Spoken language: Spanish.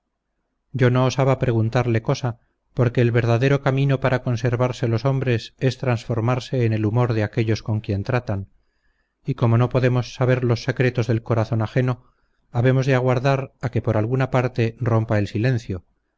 yo no osaba preguntarle cosa porque el verdadero camino para conservarse los hombres es transformarse en el humor de aquellos con quien tratan y como no podemos saber los secretos del corazón ajeno habemos de aguardar a que por alguna parte rompa el silencio